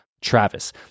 Travis